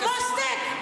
רק סטייק?